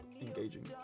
engaging